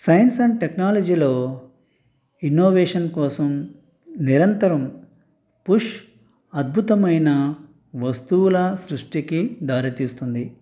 science and టెక్నాలజీలో innovation కోసం నిరంతరం పుష్ అద్భుతమైన వస్తువుల సృష్టికి దారితీస్తుంది